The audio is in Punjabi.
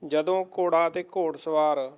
ਜਦੋਂ ਘੋੜਾ ਅਤੇ ਘੋੜ ਸਵਾਰ